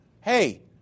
Hey